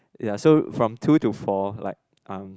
ya so from two to four like I'm